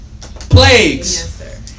plagues